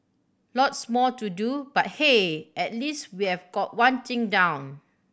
lots more to do but hey at least we'll got one thing down